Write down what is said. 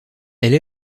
elle